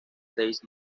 seis